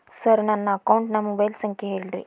sir ನನ್ನ ಅಕೌಂಟಿನ mobile ಸಂಖ್ಯೆ ಹೇಳಿರಿ